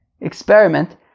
experiment